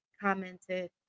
commented